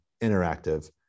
interactive